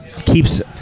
keeps